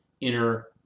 inner